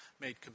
made